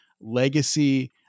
legacy